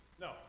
No